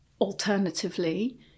alternatively